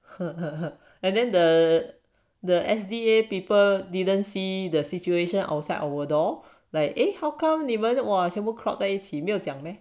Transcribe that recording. and then the the S_D_A people didn't see the situation outside our door like eh how come 你们全部 crowd 在一起没有讲 meh